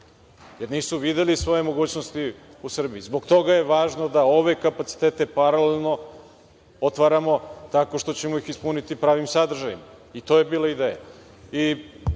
jer nisu videli svoje mogućnosti u Srbiji. Zbog toga je važno da ove kapacitete paralelno otvaramo tako što ćemo ih ispuniti pravim sadržajem, i to je bila ideja.